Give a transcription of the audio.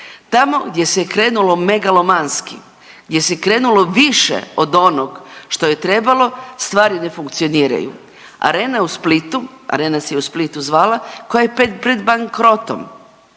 Tamo gdje se je krenulo megalomanski, gdje se krenulo više od onog što je trebalo stvari ne funkcioniraju. Arena u Splitu, Arena se u Splitu zvala koja je pred bankrotom,